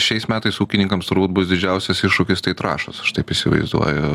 šiais metais ūkininkams turbūt bus didžiausias iššūkis tai trąšos aš taip įsivaizduoju